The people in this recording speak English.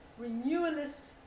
renewalist